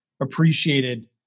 appreciated